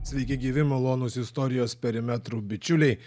sveiki gyvi malonūs istorijos perimetrų bičiuliai